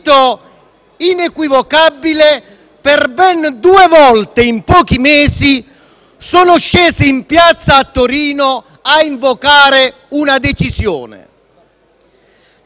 ed inequivocabile per ben due volte in pochi mesi sono scese in piazza a Torino a invocare una decisione.